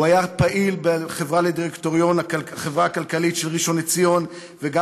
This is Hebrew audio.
הוא היה פעיל בחברה הכלכלית של ראשון-לציון וגם